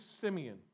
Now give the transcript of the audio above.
Simeon